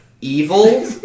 Evil